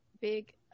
big